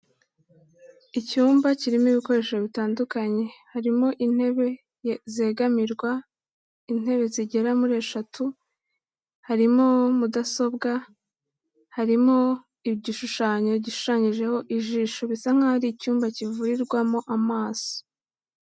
Icyumba kirimo ibikoresho bitandukanye, harimo intebe zegamirwa, intebe zigera muri eshatu, harimo mudasobwa, harimo igishushanyo gishushanyijeho ijisho, bisa nkaho ari icyumba kivurirwamo amaso.